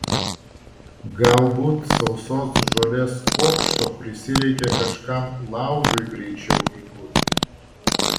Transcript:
galbūt sausos žolės kuokšto prisireikė kažkam laužui greičiau įkurti